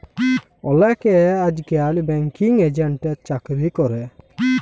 অলেকে আইজকাল ব্যাঙ্কিং এজেল্টের চাকরি ক্যরে